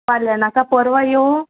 फाल्यां नाका परवां येवं